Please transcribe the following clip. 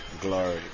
glory